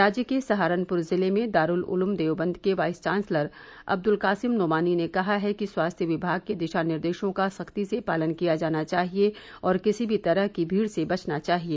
राज्य के सहारनपुर जिले में दारूल उलूम देवबंद के वाइस चांसलर अब्दुल कासिम नोमानी ने कहा है कि स्वास्थ्य विभाग के दिशा निर्देशों का सख्ती से पालन किया जाना चाहिए और किसी भी तरह की भीड़ से बचना चाहिए